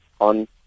on